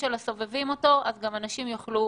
הסובבים אותו אז אנשים יוכלו